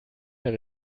mehr